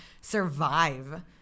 survive